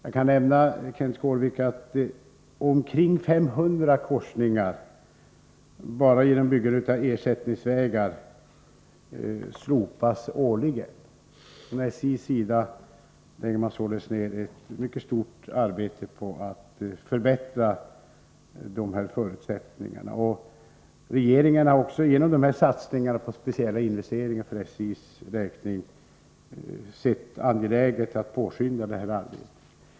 Jag kan nämna, Kenth Skårvik, att omkring 500 korsningar slopas årligen genom byggande av ersättningsvägar. SJ lägger således ned ett mycket stort arbete på att förbättra de här förutsättningarna. Regeringen har också genom satsningarna på speciella investeringar för SJ:s räkning velat påskynda det arbetet.